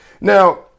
Now